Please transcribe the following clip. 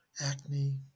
acne